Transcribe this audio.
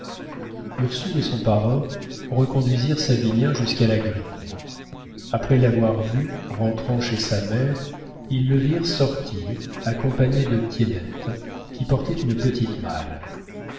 ursule et son parrain reconduisirent savinien jusqu'à la grille après l'avoir vu rentrant chez sa mère ils le virent sortir accompagné de tiennette qui portait une petite malle